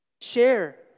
Share